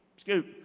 Scoop